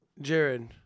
Jared